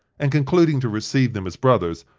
and concluding to receive them as brothers,